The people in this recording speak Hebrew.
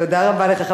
תודה רבה לך.